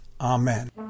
Amen